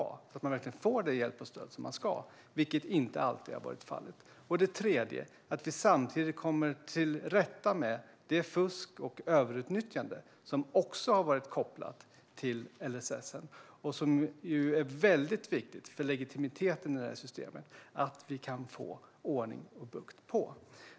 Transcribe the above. Det handlar om att man verkligen ska få den hjälp och det stöd som man ska ha, vilket inte alltid har varit fallet. Det gäller också att vi samtidigt kommer till rätta med det fusk och det överutnyttjande som har varit kopplat till LSS. Det är väldigt viktigt för legitimiteten i systemet att vi kan få ordning på det.